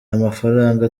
amafaranga